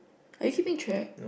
are you keeping track